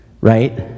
right